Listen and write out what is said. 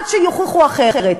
עד שיוכיחו אחרת.